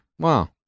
Wow